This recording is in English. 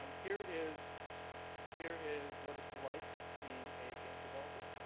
um here is here is what it's like to be a game developer.